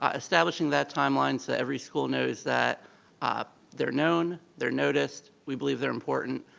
ah establishing that timeline so that every school knows that ah they're known, they're noticed, we believe they're important.